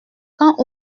quand